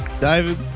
David